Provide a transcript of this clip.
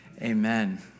amen